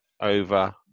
over